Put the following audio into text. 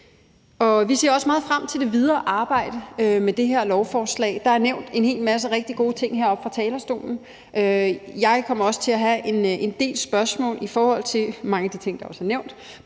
Vi ser også meget frem til det videre arbejde med det her lovforslag. Der er nævnt en hel masse rigtig gode ting heroppe fra talerstolen. Jeg kommer også til at have en del spørgsmål i forhold til mange af de ting, der også er nævnt,